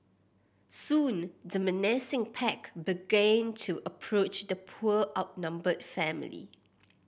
soon the menacing pack began to approach the poor outnumbered family